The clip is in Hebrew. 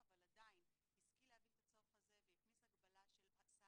זה היה רגע לפני שנכנסנו לדבר על התקנות,